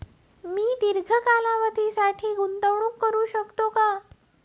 मी दीर्घ कालावधीसाठी गुंतवणूक करू शकते का?